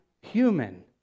human